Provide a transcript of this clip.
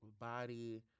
body